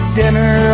dinner